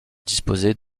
disposait